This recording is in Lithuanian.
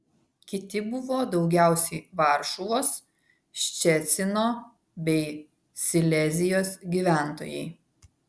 kiti buvo daugiausiai varšuvos ščecino bei silezijos gyventojai